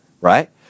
Right